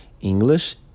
English